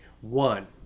one